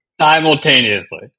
Simultaneously